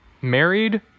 married